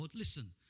listen